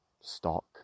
stock